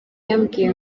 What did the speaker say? yambwiye